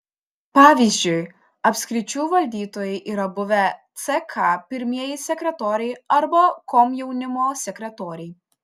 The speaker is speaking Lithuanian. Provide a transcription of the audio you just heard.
pavyzdžiui apskričių valdytojai yra buvę ck pirmieji sekretoriai arba komjaunimo sekretoriai